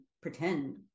pretend